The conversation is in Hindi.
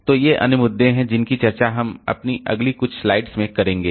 तो ये अन्य मुद्दे हैं जिनकी चर्चा हम अपनी अगली कुछ स्लाइड्स में करेंगे